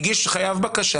חייב הגיש בקשה